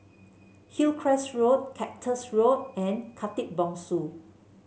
Hillcrest Road Cactus Road and Khatib Bongsu